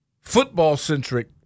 Football-centric